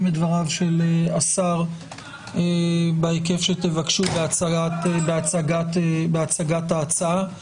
את דברי השר בהיקף שתבקשו בהצגת ההצעה.